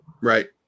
Right